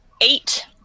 eight